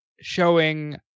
showing